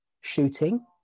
shooting